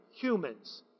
humans